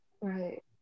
Right